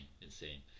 insane